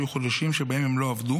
היו חודשים שבהם הם לא עבדו